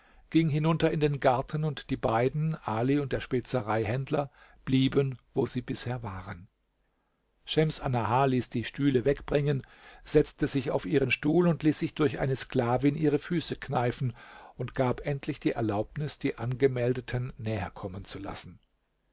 ging hinunter in den garten und die beiden ali und der spezereihändler blieben wo sie bisher waren schems annahar ließ die stühle wegbringen setzte sich auf ihren stuhl und ließ sich durch eine sklavin ihre füße kneifen und gab endlich die erlaubnis die angemeldeten näherkommen zu lassen